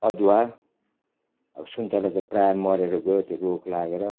अदुवा अब सुन्तला त प्रायः मरेर गयो त्यो रोग लागेर